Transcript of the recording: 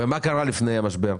ומה קרה לפני המשבר?